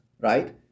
right